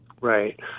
Right